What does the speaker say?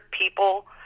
people